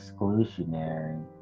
exclusionary